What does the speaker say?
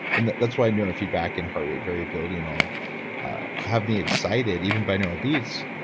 and that's why neurofeedback in heart rate variability and all have me excited. even bineural beats,